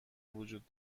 وجود